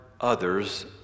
others